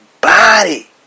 body